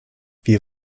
wir